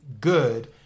good